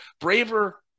Braver